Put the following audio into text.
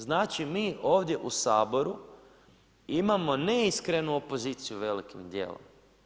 Znači mi ovdje u Saboru imamo neiskrenu opoziciju velikim dijelom.